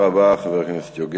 תודה רבה, חבר הכנסת יוגב.